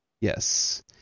yes